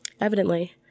Evidently